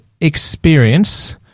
experience